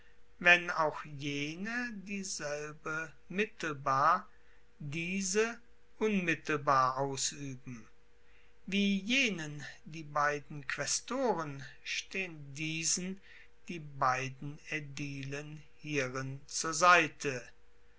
wenn auch jene dieselbe mittelbar diese unmittelbar ausueben wie jenen die beiden quaestoren stehen diesen die beiden aedilen hierin zur seite